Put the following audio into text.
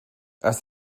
erst